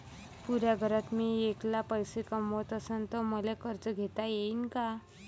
पुऱ्या घरात मी ऐकला पैसे कमवत असन तर मले कर्ज घेता येईन का?